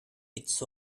its